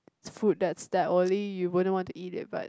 food that's that oily you wouldn't want to eat it but